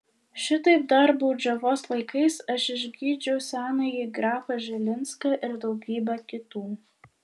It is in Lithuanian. šitaip dar baudžiavos laikais aš išgydžiau senąjį grafą žilinską ir daugybę kitų